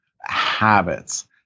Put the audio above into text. habits